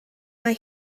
mae